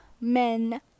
men